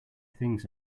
things